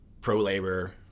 pro-labor